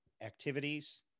activities